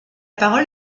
parole